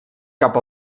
cap